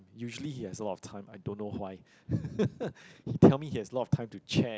usually he has a lot of time I don't know why he tell me he has a lot of time to check